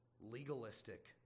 legalistic